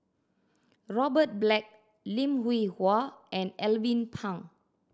Robert Black Lim Hwee Hua and Alvin Pang